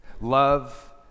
Love